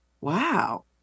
wow